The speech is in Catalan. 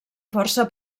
força